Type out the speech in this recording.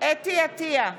אתי עטייה,